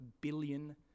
billion